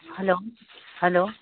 hello hello